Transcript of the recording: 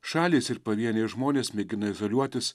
šalys ir pavieniai žmonės mėgina izoliuotis